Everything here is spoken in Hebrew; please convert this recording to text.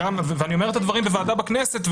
אני אומר את הדברים בוועדה בכנסת,